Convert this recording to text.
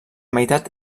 meitat